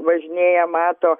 važinėja mato